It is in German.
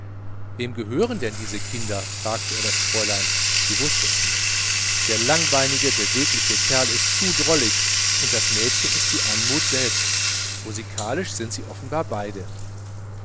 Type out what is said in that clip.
wem gehören denn diese kinder fragte er das fräulein sie wußte es nicht der langbeinige bewegliche kerl ist zu drollig und das mädchen ist die anmut selbst musikalisch sind sie offenbar alle beide